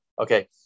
Okay